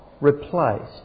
replaced